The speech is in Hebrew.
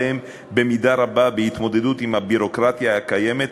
עליהם במידה רבה את ההתמודדות עם הביורוקרטיה הקיימת,